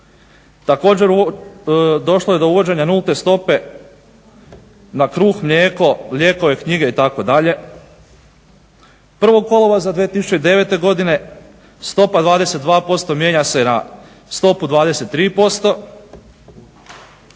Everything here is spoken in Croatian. Također došlo je do uvođenja nulte stope na kruh, mlijeko, lijekove, knjige itd. 1. kolovoza 2009. godine stopa 22% mijenja se na stopu 23%.